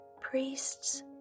Priests